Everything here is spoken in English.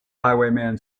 highwayman